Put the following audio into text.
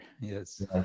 yes